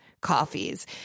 coffees